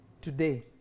Today